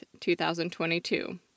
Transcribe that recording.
2022